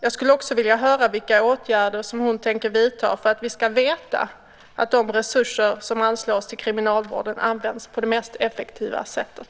Jag skulle också vilja höra vilka åtgärder hon tänker vidta för att vi ska veta att de resurser som anslås till kriminalvården används på det mest effektiva sättet.